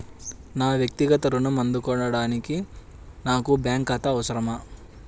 నా వక్తిగత ఋణం అందుకోడానికి నాకు బ్యాంక్ ఖాతా అవసరమా?